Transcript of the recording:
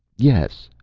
yes!